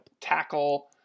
tackle